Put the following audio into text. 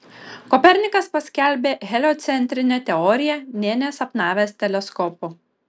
kopernikas paskelbė heliocentrinę teoriją nė nesapnavęs teleskopo